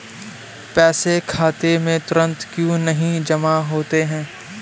पैसे खाते में तुरंत क्यो नहीं जमा होते हैं?